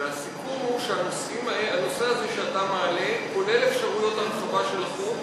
והסיכום הוא שהנושא הזה שאתה מעלה כולל אפשרויות הרחבה של החוק.